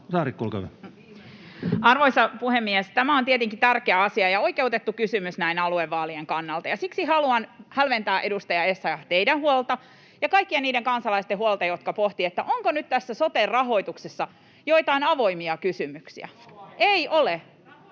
Arvoisa puhemies! Tämä on tietenkin tärkeä asia ja oikeutettu kysymys näin aluevaalien kannalta, ja siksi haluan hälventää, edustaja Essayah, teidän huoltanne ja kaikkien niiden kansalaisten huolta, jotka pohtivat, onko nyt tässä soten rahoituksessa joitain avoimia kysymyksiä: ei ole.